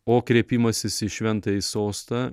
o kreipimasis į šventąjį sostą